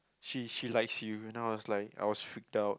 she she like she ran out I was like I was freaked out